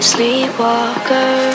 Sleepwalker